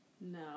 No